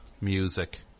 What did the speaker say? music